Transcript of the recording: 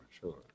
sure